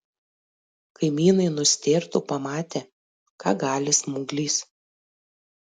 kaimynai nustėrtų pamatę ką gali smauglys